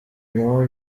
uwo